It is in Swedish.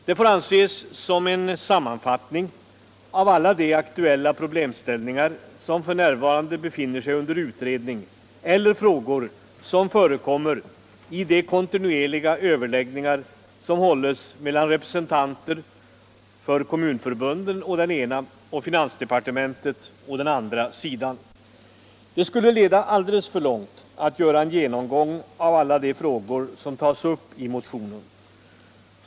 Det får ses som en sammanfattning av alla de aktuella problemställningar som f.n. befinner sig under utredning och frågor som förekommer i de kontinuerliga överläggningar som hålls mellan representanter för kommunförbunden å den ena och finansdepartementet å den andra sidan. Det skulle leda alldeles för långt att göra cen genomgång av alla de frågor som tas upp i motionen.